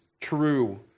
True